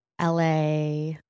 LA